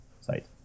site